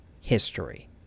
history